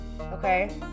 Okay